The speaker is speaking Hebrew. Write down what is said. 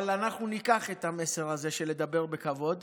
אבל אנחנו ניקח את המסר הזה של לדבר בכבוד.